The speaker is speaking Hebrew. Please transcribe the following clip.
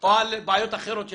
או על בעיות אחרות שם.